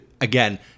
Again